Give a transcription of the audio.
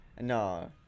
No